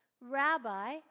rabbi